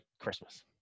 Christmas